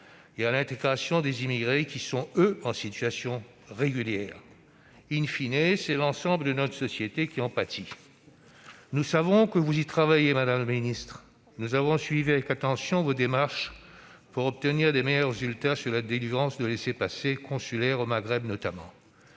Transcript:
et à l'intégration des immigrés en situation régulière., c'est l'ensemble de notre société qui en pâtit. Nous savons que vous y travaillez, madame la ministre. Nous avons suivi avec attention vos démarches pour obtenir de meilleurs résultats sur la délivrance de laissez-passer consulaires, notamment